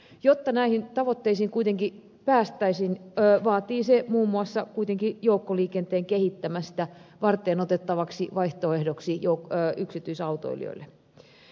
jotta näihin tavoitteisiin kuitenkin päästäisiin vaatii se muun muassa kuitenkin joukkoliikenteen kehittämistä varteenotettavaksi vaihtoehdoksi yksityisautoilijoille